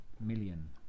million